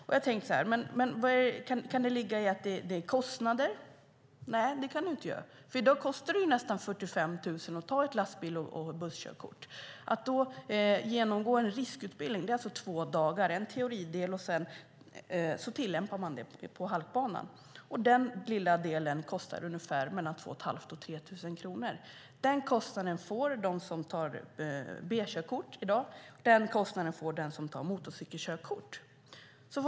Kan detta bero på att det handlar om kostnader? Nej, det kan det inte. I dag kostar det nämligen nästan 45 000 kronor att ta ett lastbils och busskörkort. Att sedan genomgå en riskutbildning under två dagar - det är en teoridel, och sedan tillämpar man detta på halkbanan - kostar 2 500-3 000 kronor. Den kostnaden får den som tar B-körkort och den som tar motorcykelkörkort ta.